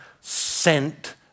sent